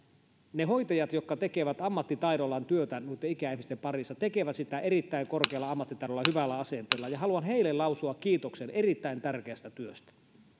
ne hoitajat jotka tekevät ammattitaidollaan työtä noitten ikäihmisten parissa tekevät sitä erittäin korkealla ammattitaidolla ja hyvällä asenteella ja haluan heille lausua kiitoksen erittäin tärkeästä työstä